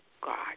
God